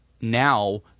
now